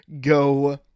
Go